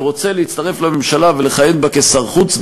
והוא רוצה להצטרף לממשלה ולכהן בה כשר החוץ,